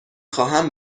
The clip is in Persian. خواهم